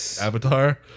Avatar